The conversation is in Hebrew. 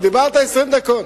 אתה דיברת 20 דקות.